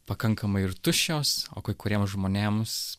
pakankamai ir tuščios o kai kuriem žmonėms